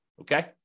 okay